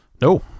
No